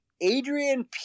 Adrian